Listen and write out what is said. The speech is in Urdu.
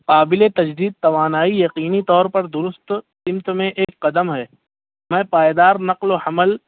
قابل تجدید توانائی یقینی طور پر درست سمت میں ایک قدم ہے میں پائیدار نقل و حمل